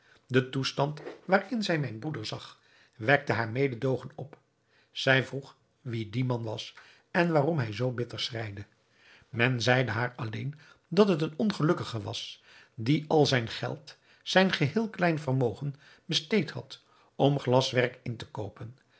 de toestand waarin zij mijn broeder zag wekte haar mededoogen op zij vroeg wie die man was en waarom hij zoo bitter schreide men zeide haar alleen dat het een ongelukkige was die al zijn geld zijn geheel klein vermogen besteed had om glaswerk in te koopen